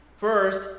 First